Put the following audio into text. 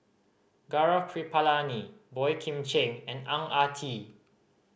Gaurav Kripalani Boey Kim Cheng and Ang Ah Tee